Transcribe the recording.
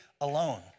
alone